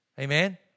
Amen